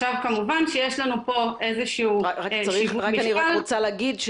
כללי --- כמובן שיש לנו פה איזה שהוא --- אני רוצה להגיד,